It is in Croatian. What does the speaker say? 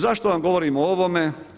Zašto vam govorim o ovome?